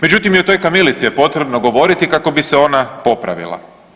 Međutim i o toj kamilici je potrebno govoriti kako bi se ona popravila.